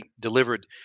delivered